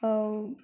ಅವು